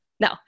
No